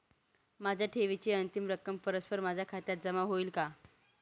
माझ्या ठेवीची अंतिम रक्कम परस्पर माझ्या खात्यात जमा होईल का?